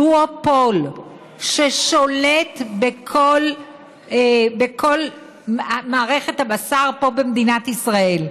דואופול ששולט בכל מערכת הבשר פה, במדינת ישראל,